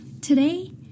Today